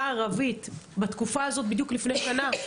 הערבית לעומת התקופה הזאת בדיוק לפני שנה,